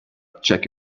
check